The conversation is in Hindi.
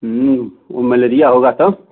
वो मलेरिया होगा तब